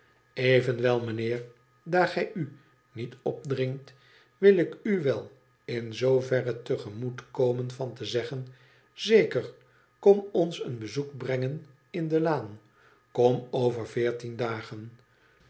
evenwel mijnheer daar gij u niet opdringt wil ik u wel in zooverre te gemoet komen van te zeggen zeker kom ons een bezoek brengen in de laan kom over een veertien dagen